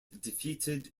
defeated